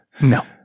No